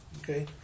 Okay